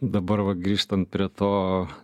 dabar va grįžtant prie to